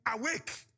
awake